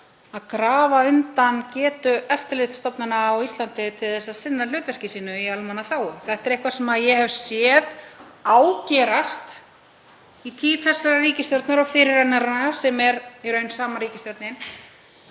að grafa undan getu eftirlitsstofnana á Íslandi til að sinna hlutverki sínu í almannaþágu. Það er eitthvað sem ég hef séð ágerast í tíð þessarar ríkisstjórnar og fyrirrennara, sem er í raun sama ríkisstjórnin,